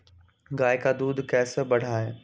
गाय का दूध कैसे बढ़ाये?